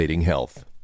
health